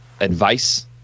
advice